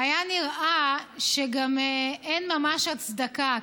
היה נראה שגם אין ממש הצדקה,